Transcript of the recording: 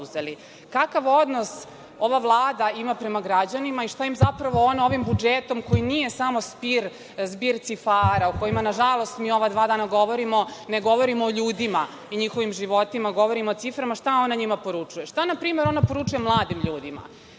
odnos ova Vlada ima prema građanima i šta im zapravo ona ovim budžetom, koji nije samo zbir cifara, o kojim nažalost mi ova dva dana govorimo, ne govorimo o ljudima i njihovim životima, govorimo o ciframa, šta ona njima poručuje? Šta na primer ona poručuje mladim ljudima?